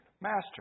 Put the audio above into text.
Master